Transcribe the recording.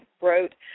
wrote